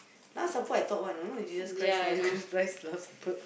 last supper I thought what know know Jesus-Christ last supper